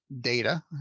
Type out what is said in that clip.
data